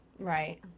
Right